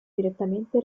direttamente